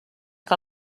que